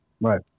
Right